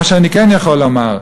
מה שאני כן יכול לומר,